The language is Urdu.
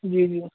جی جی